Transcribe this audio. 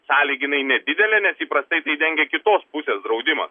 sąlyginai nedidelė nes įprastai tai dengia kitos pusės draudimą